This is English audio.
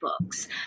books